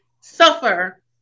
suffer